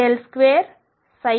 అవుతుంది